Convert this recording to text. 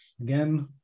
again